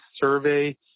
Survey